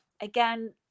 again